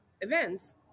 events